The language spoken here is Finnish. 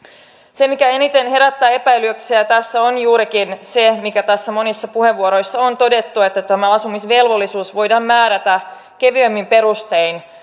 se mikä eniten herättää epäilyksiä tässä on juurikin se mikä tässä monissa puheenvuoroissa on todettu että tämä asumisvelvollisuus voidaan määrätä kevyemmin perustein